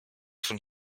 von